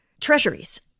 treasuries